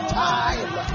time